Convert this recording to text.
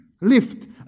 lift